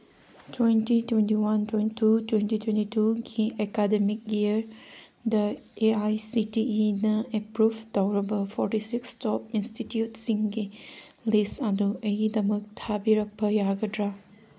twenty twenty one twenty twenty ꯇꯨꯒꯤ academic ꯏꯌꯔꯗ A I C T ꯏꯅ approve ꯇꯧꯔꯕ ꯐꯣꯔꯇꯤ ꯁꯤꯛꯁ ꯇꯣꯞ ꯏꯟꯁꯇꯤꯇ꯭ꯌꯨꯠꯁꯤꯡꯒꯤ ꯂꯤꯁ ꯑꯗꯨ ꯑꯩꯒꯤꯗꯃꯛ ꯊꯥꯕꯤꯔꯛꯄ ꯌꯥꯒꯗ꯭ꯔꯥ